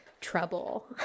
trouble